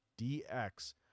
dx